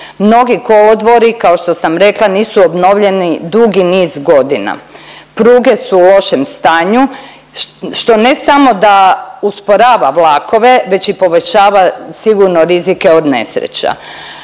Mnogi kolodvori kao što sam rekla nisu obnovljeni dugi niz godina, pruge su u lošem stanju što ne samo da usporava vlakove već i poboljšava sigurno rizike od nesreća.